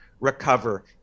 recover